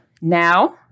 now